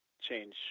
change